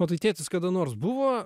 o tai tėtis kada nors buvo